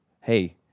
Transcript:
Hey